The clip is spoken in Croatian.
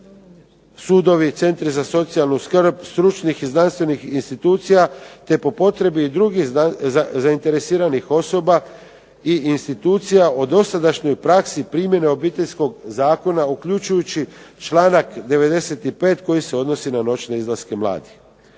sudovi, centri za socijalnu skrb, stručnih i znanstvenih institucija, te po potrebi i drugih zainteresiranih osoba i institucija o dosadašnjoj praksi primjene Obiteljskog zakona, uključujući članak 95. koji se odnosi na noćne izlaske mladih.